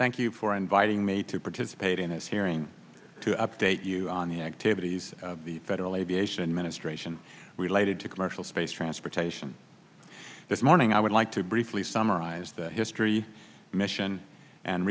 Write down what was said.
thank you for inviting me to participate in this hearing to update you on the activities of the federal aviation administration related to commercial space transportation this morning i would like to briefly summarize the history mission and